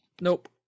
Nope